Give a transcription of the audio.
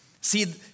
See